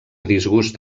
disgust